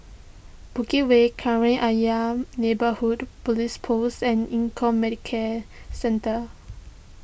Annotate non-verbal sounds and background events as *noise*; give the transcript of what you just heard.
Bukit Way *unintelligible* Ayer Neighbourhood Police Post and Econ Medicare Centre